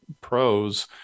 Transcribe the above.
pros